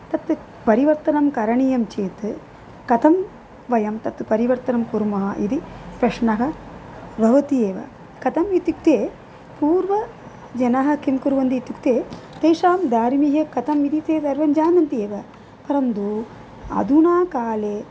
तत् परिवर्तनं करणीयं चेत् कथं वयं तत् परिवर्तनं कुर्मः इति प्रश्नः भवति एव कथम् इत्युक्ते पूर्वजनः किं कुर्वन्ति इत्युक्ते तेषां धर्मी कथम् इति ते सर्वं जानन्ति एव परन्दु अधुना काले